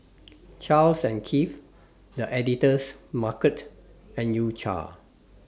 Charles and Keith The Editor's Market and U Cha